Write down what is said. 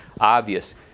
obvious